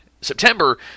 September